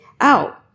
out